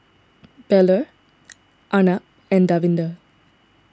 Bellur Arnab and Davinder